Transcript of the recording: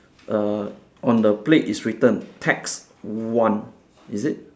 err on the plate is written text one is it